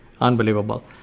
unbelievable